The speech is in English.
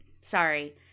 Sorry